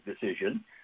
decision